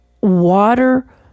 water